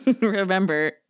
Remember